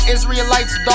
Israelites